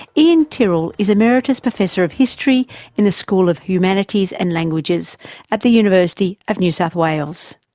ian tyrrell is emeritus professor of history in the school of humanities and languages at the university of new south wales.